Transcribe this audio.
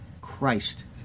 Christ